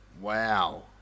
Wow